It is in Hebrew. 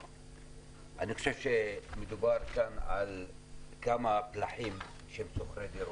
אני חושב שמדובר כאן על כמה פלחים של שוכרי דירות.